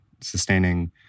sustaining